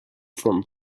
from